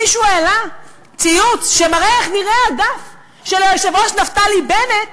מישהו העלה ציוץ שמראה איך נראה הדף של היושב-ראש נפתלי בנט